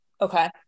Okay